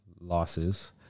losses